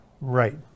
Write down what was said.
right